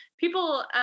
People